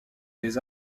des